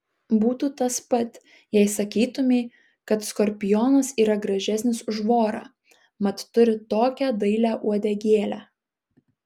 būtų tas pat jei sakytumei kad skorpionas yra gražesnis už vorą mat turi tokią dailią uodegėlę